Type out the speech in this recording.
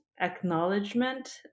acknowledgement